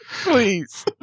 Please